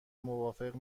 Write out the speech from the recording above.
موافق